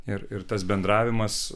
ir ir tas bendravimas